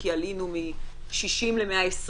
כי עלינו מ-60 ל-120,